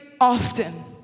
often